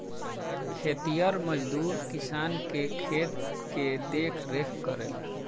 खेतिहर मजदूर किसान के खेत के देखरेख करेला